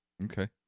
Okay